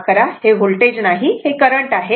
माफ करा हे व्होल्टेज नाही हे करंट आहे